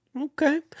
Okay